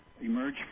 emerge